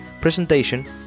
presentation